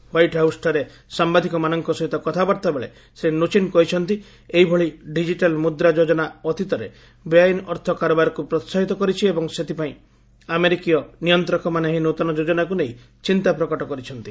ହ୍ୱାଇଟ୍ହାଉସ୍ଠାରେ ସାମ୍ବାଦିକମାନଙ୍କ ସହିତ କଥାବାର୍ଭା ବେଳେ ଶ୍ରୀ ନୁଚିନ୍ କହିଛନ୍ତି ଏହିଭଳି ଡିଜିଟାଲ୍ ମୁଦ୍ରା ଯୋଜନା ଅତୀତରେ ବେଆଇନ୍ ଅର୍ଥ କାରବାରକୁ ପ୍ରୋସାହିତ କରିଛି ଏବଂ ସେଥିପାଇଁ ଆମେରିକୀୟ ନିୟନ୍ତ୍ରକମାନେ ଏହି ନୃତନ ଯୋଜନାକୁ ନେଇ ଚିନ୍ତା ପ୍ରକଟ କରିଛନ୍ତି